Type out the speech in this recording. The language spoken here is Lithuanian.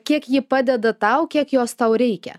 kiek ji padeda tau kiek jos tau reikia